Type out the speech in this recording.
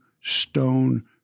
stone